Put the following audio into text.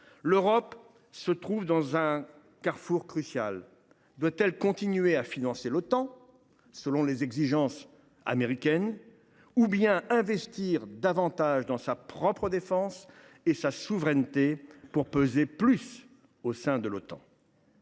L’Europe se trouve à un carrefour crucial : doit elle continuer à financer l’Otan selon les exigences américaines ou bien investir davantage dans sa propre défense et sa souveraineté pour peser davantage au sein de l’Otan ?